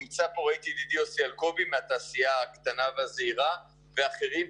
נמצא פה יוסי אלקובי מהתעשייה הקטנה והזעירה וגם אחרים,